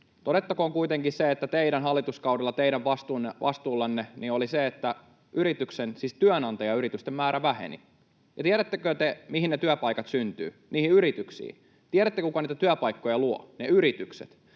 Todettakoon kuitenkin se, että teidän hallituskaudella teidän vastuullanne oli se, että yritysten, siis työnantajayritysten, määrä väheni. Tiedättekö te, mihin työpaikat syntyvät? Niihin yrityksiin. Tiedättekö, kuka niitä työpaikkoja luo? Ne yritykset.